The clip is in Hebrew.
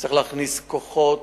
צריך להכניס כוחות,